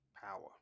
Power